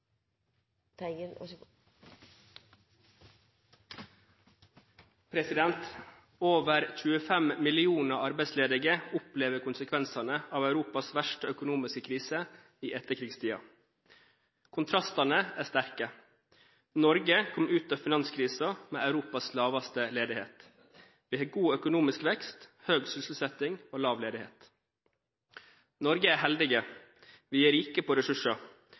Over 25 millioner arbeidsledige opplever konsekvensene av Europas verste økonomiske krise i etterkrigstiden. Kontrastene er sterke. Norge kom ut av finanskrisen med Europas laveste ledighet. Vi har god økonomisk vekst, høy sysselsetting og lav ledighet. Norge er heldig. Vi er rike på ressurser.